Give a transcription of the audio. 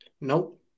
Nope